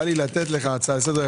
בא לי לתת לך הצעה לסדר,